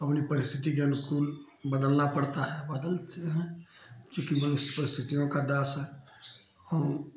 अपनी परिस्थिति के अनुकूल बदलना पड़ता है बदलते हैं चूँकि मनुष्य परिस्थितियों का दास है और